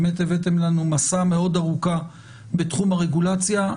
באמת הבאתם לנו מסה מאוד ארוכה בתחום הרגולציה.